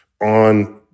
on